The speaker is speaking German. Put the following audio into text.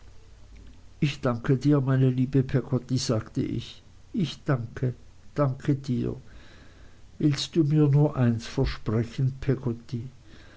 ich danke dir meine liebe peggotty sagte ich ich danke danke dir willst du mir nur eins versprechen